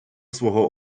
свого